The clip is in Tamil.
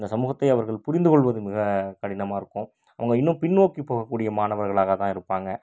இந்த சமூகத்தை அவர்கள் புரிந்துக் கொள்வது மிக கடினமாக இருக்கும் அவங்க இன்னும் பின்னோக்கி போகக்கூடிய மாணவர்களாக தான் இருப்பாங்க